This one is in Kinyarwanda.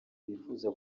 bifuza